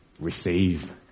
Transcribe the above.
receive